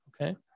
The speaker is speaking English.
okay